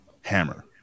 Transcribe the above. Hammer